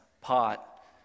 pot